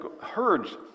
herds